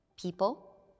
people